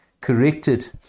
corrected